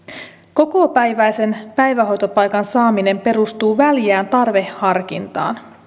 kokopäiväisen päivähoitopaikan saaminen perustuu väljään tarveharkintaan